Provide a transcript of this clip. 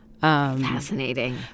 Fascinating